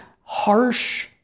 harsh